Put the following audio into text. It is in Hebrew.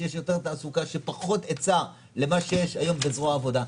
שיש יותר תעסוקה יש פחות היצע למה שיש היום בזרוע העבודה,